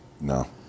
No